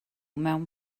mewn